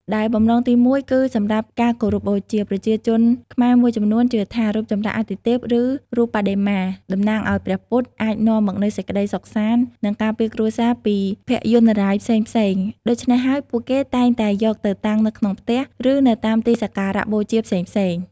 ដែលបំណងទីមួយ គឺសម្រាប់ ការគោរពបូជា ប្រជាជនខ្មែរមួយចំនួនជឿថា រូបចម្លាក់អាទិទេព ឬរូបបដិមាករតំណាងឱ្យព្រះពុទ្ធ អាចនាំមកនូវសេចក្តីសុខសាន្ត និងការពារគ្រួសារពីភយន្តរាយផ្សេងៗ ដូច្នេះហើយ ពួកគេតែងតែយកទៅតាំងនៅក្នុងផ្ទះ ឬនៅតាមទីសក្ការបូជាផ្សេងៗ។